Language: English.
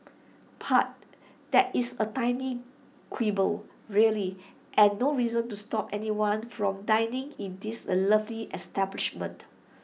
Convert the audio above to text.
but that is A tiny quibble really and no reason to stop anyone from dining in this A lovely establishment